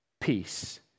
Peace